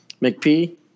McP